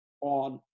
on